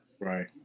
Right